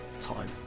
time